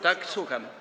Tak, słucham?